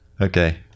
Okay